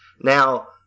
Now